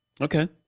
Okay